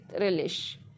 relish